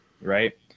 right